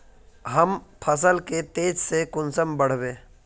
हम फसल के तेज से कुंसम बढ़बे?